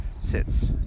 sits